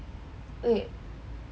wait